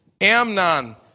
Amnon